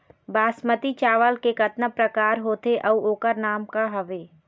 बासमती चावल के कतना प्रकार होथे अउ ओकर नाम क हवे?